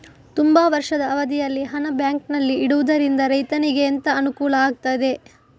ತುಂಬಾ ವರ್ಷದ ಅವಧಿಯಲ್ಲಿ ಹಣ ಬ್ಯಾಂಕಿನಲ್ಲಿ ಇಡುವುದರಿಂದ ರೈತನಿಗೆ ಎಂತ ಅನುಕೂಲ ಆಗ್ತದೆ?